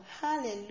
hallelujah